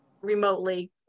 remotely